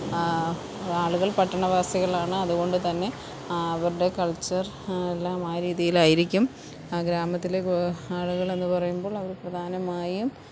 ആളുകള് പട്ടണവാസികളാണ് അതുകൊണ്ടു തന്നെ അവരുടെ കള്ച്ചര് എല്ലാം ആ രീതിയിലാരിക്കും ആ ഗ്രാമത്തിൽ ക് ആളുകളെന്ന് പറയുമ്പോള് അവര് പ്രധാനമായും